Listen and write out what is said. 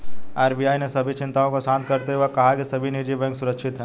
RBI ने सभी चिंताओं को शांत करते हुए कहा है कि सभी निजी बैंक सुरक्षित हैं